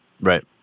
Right